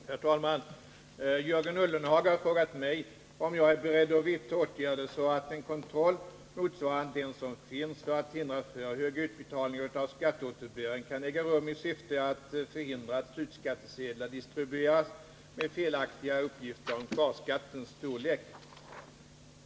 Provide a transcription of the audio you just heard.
Herr talman! Jörgen Ullenhag har frågat mig om jag är beredd vidta åtgärder så att en kontroll, motsvarande den som finns för att hindra för höga utbetalningar av skatteåterbäring, kan äga rum i syfte att förhindra att slutskattesedlar distribueras med felaktiga uppgifter om kvarskattens storlek.